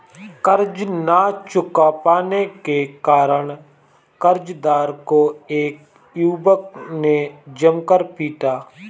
कर्ज ना चुका पाने के कारण, कर्जदार को एक युवक ने जमकर पीटा